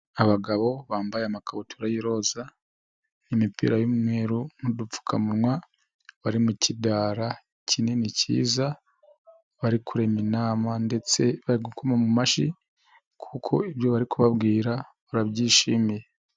Abagabo bambaye amakabutura y'iroza, imipira y'umweru n'udupfukamunwa. Bari mu kidara kinini kiza. Bari kurema inama ndetse bari gukoma mu mashyi kuko ibyo bari kubabwira barabyishimiye.